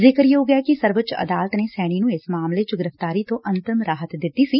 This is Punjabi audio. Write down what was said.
ਜ਼ਿਕਰਯੋਗ ਐ ਕਿ ਸਰਵਉੱਚ ਅਦਾਲਤ ਨੇ ਸੈਣੀ ਨੁੰ ਇਸ ਮਾਮਲੇ ਚ ਗ੍ਰਿਫ਼ਤਾਰੀ ਤੋ ਅੰਤਰਿਮ ਰਾਹਤ ਦਿੱਤੀ ਸੀ